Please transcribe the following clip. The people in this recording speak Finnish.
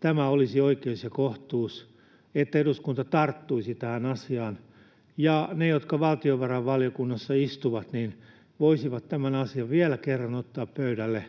tämä olisi oikeus ja kohtuus, että eduskunta tarttuisi tähän asiaan ja ne, jotka valtiovarainvaliokunnassa istuvat, voisivat tämän asian vielä kerran ottaa pöydälle,